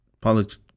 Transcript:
politics